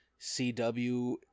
CW